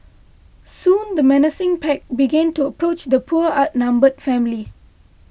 soon the menacing pack began to approach the poor outnumbered family